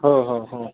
हो हो हो